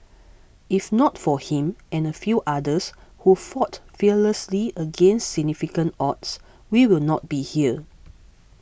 if not for him and a few others who fought fearlessly against significant odds we will not be here